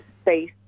space